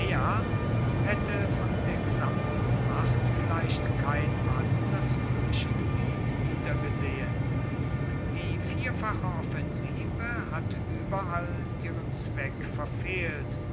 haette von der gesamten macht vielleicht kein mann das roemische gebiet wiedergesehen die vierfache offensive hatte ueberall ihren zweck verfehlt